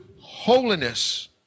holiness